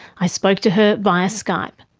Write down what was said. i spoke to her via skype.